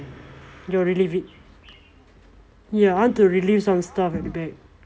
ya relive it ya I want to relive some stuff at the back